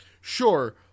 Sure